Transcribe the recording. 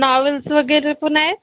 novels वगैरे पण आहेत